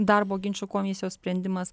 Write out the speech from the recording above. darbo ginčų komisijos sprendimas